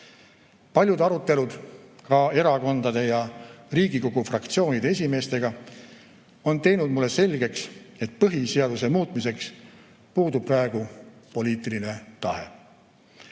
Paljud arutelud, ka erakondade ja Riigikogu fraktsioonide esimeestega, on teinud mulle selgeks, et põhiseaduse muutmiseks puudub praegu poliitiline tahe.